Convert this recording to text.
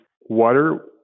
water